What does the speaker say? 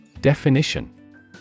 Definition